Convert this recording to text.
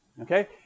okay